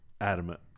adamant